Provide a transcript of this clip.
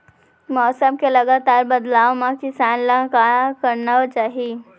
मौसम के लगातार बदलाव मा किसान ला का करना चाही?